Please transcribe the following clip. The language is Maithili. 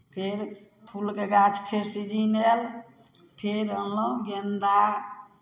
फेर फूलके गाछके सीजिन आयल फेर अनलहुँ गेन्दा